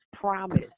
promise